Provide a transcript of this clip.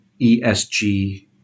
ESG